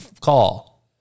call